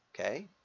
Okay